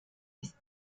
ist